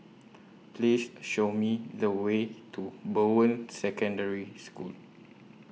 Please Show Me The Way to Bowen Secondary School